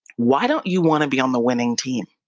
why don't you want to be on the winning team?